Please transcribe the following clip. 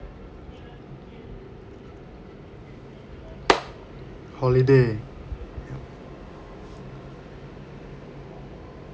holiday